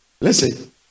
listen